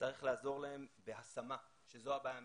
צריך לעזור להם בהשמה, שזו הבעיה המרכזית.